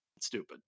stupid